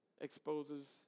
exposes